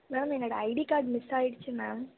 ma'am என்னோட ID card miss ஆகிடிச்சு ma'am